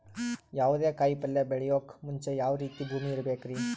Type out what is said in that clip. ಯಾವುದೇ ಕಾಯಿ ಪಲ್ಯ ಬೆಳೆಯೋಕ್ ಮುಂಚೆ ಯಾವ ರೀತಿ ಭೂಮಿ ಇರಬೇಕ್ರಿ?